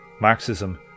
Marxism